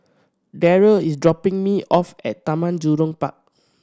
Derald is dropping me off at Taman Jurong Park